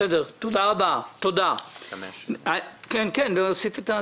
תודה רבה, אנחנו נצביע.